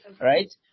Right